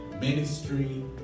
ministry